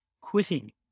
quitting